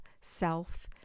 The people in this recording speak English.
self